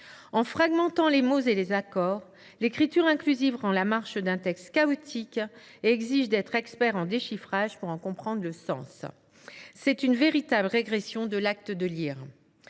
En fragmentant les mots et les accords, l’écriture inclusive rend la marche d’un texte chaotique et exige d’être expert en déchiffrage pour en comprendre le sens. C’est une véritable régression de l’acte de lire.